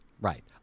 Right